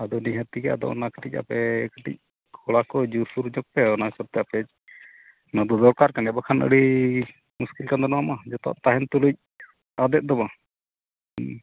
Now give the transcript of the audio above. ᱟᱫᱚ ᱱᱤᱦᱟᱹᱛᱤ ᱜᱮ ᱟᱫᱚ ᱚᱱᱟ ᱠᱟᱹᱴᱤᱡ ᱟᱯᱮ ᱠᱟᱹᱴᱤᱡ ᱠᱚᱲᱟ ᱠᱚ ᱡᱳᱨ ᱥᱳᱨ ᱧᱚᱜᱽ ᱯᱮ ᱚᱱᱟ ᱠᱚᱛᱮ ᱟᱯᱮ ᱱᱚᱣᱟᱫᱚ ᱫᱚᱨᱠᱟᱨ ᱠᱟᱱ ᱜᱮᱭᱟ ᱵᱟᱠᱷᱟᱱ ᱟᱹᱰᱤ ᱢᱩᱥᱠᱤᱞ ᱠᱟᱱ ᱜᱮᱭᱟ ᱱᱚᱣᱟ ᱡᱚᱛᱚᱣᱟᱜ ᱛᱟᱦᱮᱱ ᱛᱩᱞᱩᱡ ᱟᱸᱫᱮᱫ ᱫᱚᱵᱚ